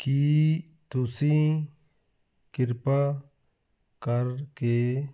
ਕੀ ਤੁਸੀਂ ਕਿਰਪਾ ਕਰਕੇ